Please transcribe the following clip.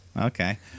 Okay